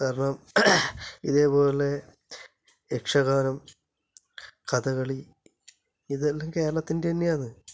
കാരണം ഇതേപോലെ യക്ഷഗാനം കഥകളി ഇതെല്ലാം കേരളത്തിന്റെ തന്നെയാണ്